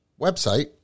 website